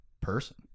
person